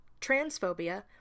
transphobia